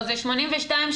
זה 82 שנוספים.